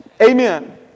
Amen